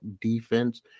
defense